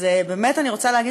אז באמת אני רוצה להגיד